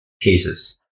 cases